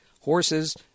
horses